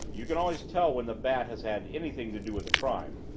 you can always tell when the bat has had anything to do with a crime.